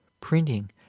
printing